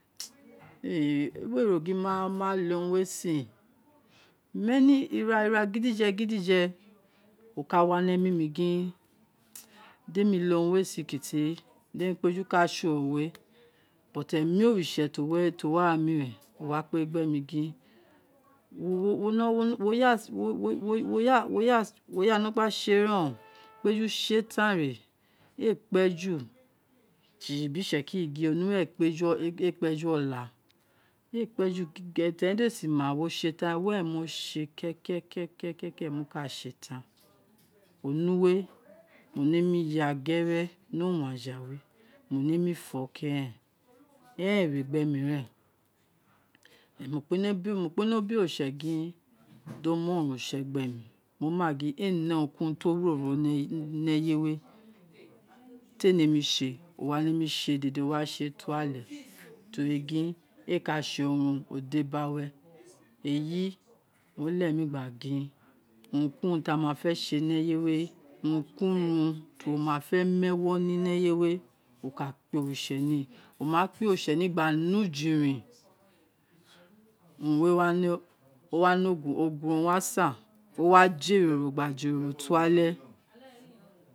we rō gin ma le urun ee sin, many, ira gidije gidije, o ka wa ni emi mi gin de mi le urun we sin kuti, de emi kpeju ka se wo we but emi oritse ti o wi ara ren, o wa kpe gin gbemi gin owo we, wo ya wo ya wo ya wo ya no se ren o, kpeju se tan re ee kpeju, si si bi itse ki ri gin onuwe ee kpeju ola, ee kpeju di uwo si ma wo see tan re, were wo se kekeke ke ke ke ke mo ka se tan onuwe mo ne ya gere ni owun aja we, mo ne mi fo keren eren ere gbemi ren, mokpe nemi bi oritse gin dio mu oronron use gbe mi mo ma gin ee ne urunki urun ti o roro ni eye we ti ee ne mi se o wa ne mi se dede o wa se to ale tori ee ka se urun ro ode biri awe, eyi owun re leghe mi gba gin urun ti a ma fe se ni eye we, urun ki urun, ti ama fe mu ewo ni ne ye we wo ka kpe oritse ni wo ma kpe oritse ni gba ne ujirin urun we wa ne ogun ogun ra wa san, o wa je ere ro to ale.